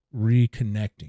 reconnecting